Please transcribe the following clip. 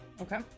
Okay